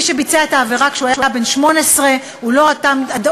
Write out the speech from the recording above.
מי שביצע את העבירה כשהוא היה בן 18 הוא לא אותו